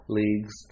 leagues